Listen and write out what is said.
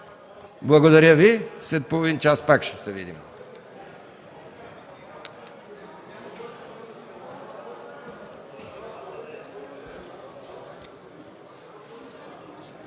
Благодаря Ви, след половин час пак ще се видим.